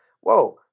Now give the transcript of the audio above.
whoa